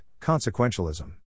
consequentialism